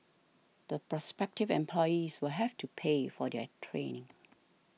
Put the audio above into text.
the prospective employees will have to pay for their training